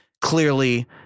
clearly